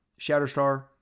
Shatterstar